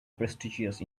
prestigious